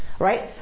Right